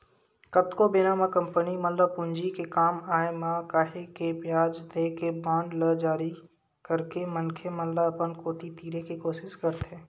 कतको बेरा म कंपनी मन ल पूंजी के काम आय म काहेक के बियाज देके बांड ल जारी करके मनखे मन ल अपन कोती तीरे के कोसिस करथे